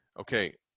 Okay